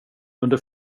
under